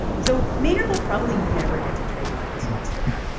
so maynard will probably never get to trademark the swastika.